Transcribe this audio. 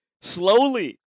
Slowly